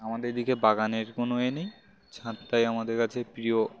আমাদের এদিকে বাগানের কোনো এ নেই ছাঁদটাই আমাদের কাছে প্রিয়